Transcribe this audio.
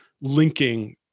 linking